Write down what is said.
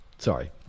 Sorry